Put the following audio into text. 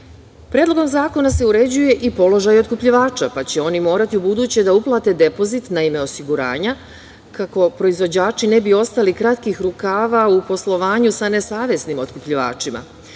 zakona se uređuje i položaj otkupljivača, pa će oni morati ubuduće da uplate depozit na ime osiguranja kako proizvođači ne bi ostali kratkih rukava u poslovanju sa nesavesnim otkupljivačima.